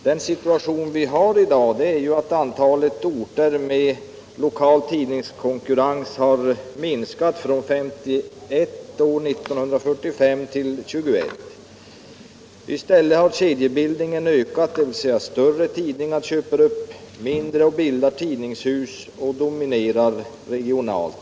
Den situation vi har i dag är att antalet orter med lokal tidningskonkurrens har minskat från 51 år 1945 till 21. I stället har kedjebildningen ökat, dvs. större tidningar köper upp mindre, bildar tidningshus och dominerar regionalt.